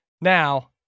now